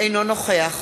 אינו נוכח